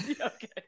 okay